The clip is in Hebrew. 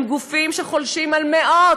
הם גופים שחולשים על מאות,